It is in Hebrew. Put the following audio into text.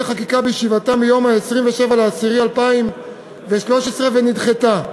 חקיקה בישיבתה ביום 27 באוקטובר 2013 ונדחתה.